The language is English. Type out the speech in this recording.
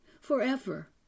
forever